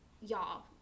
y'all